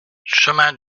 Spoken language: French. chemin